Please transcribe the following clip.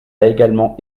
également